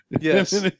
Yes